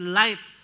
light